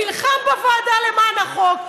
נלחם בוועדה למען החוק,